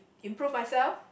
improve myself